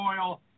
oil